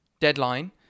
Deadline